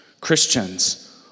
Christians